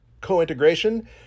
co-integration